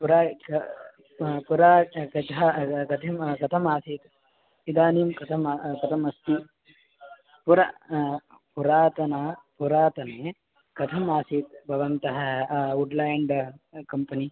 पुरा क् पुरा गधा गतिं कथमासीत् इदानीं कथम् कथमस्ति पुर पुरातने पुरातने कथम् आसीत् भवन्तः वुड् लेण्ड् कम्पनी